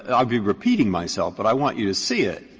and i'll be repeating myself, but i want you to see it,